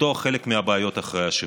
לפתור חלק מהבעיות אחרי השחרור.